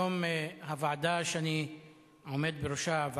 היום הוועדה שאני עומד בראשה,